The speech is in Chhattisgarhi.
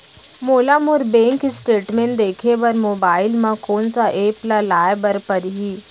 मोला मोर बैंक स्टेटमेंट देखे बर मोबाइल मा कोन सा एप ला लाए बर परही?